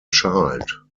child